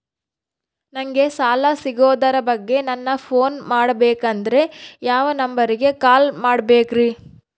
ನಂಗೆ ಸಾಲ ಸಿಗೋದರ ಬಗ್ಗೆ ನನ್ನ ಪೋನ್ ಮಾಡಬೇಕಂದರೆ ಯಾವ ನಂಬರಿಗೆ ಕಾಲ್ ಮಾಡಬೇಕ್ರಿ?